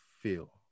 feel